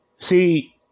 See